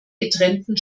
getrennten